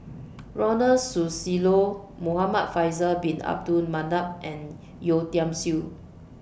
Ronald Susilo Muhamad Faisal Bin Abdul Manap and Yeo Tiam Siew